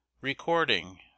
Recording